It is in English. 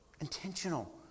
Intentional